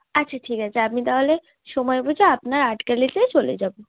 আচ্ছা ঠিক আছে আপনি তাহলে সময় বুঝে আপনার আট গ্যালারিতে চলে যাব